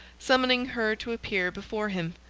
summoning her to appear before him.